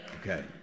Okay